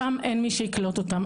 שם אין מי שיקלוט אותם.